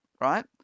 right